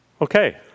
okay